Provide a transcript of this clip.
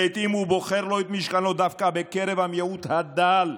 לעיתים הוא בוחר לו את משכנו דווקא בקרב המיעוט הדל.